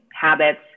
habits